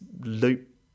loop